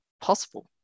possible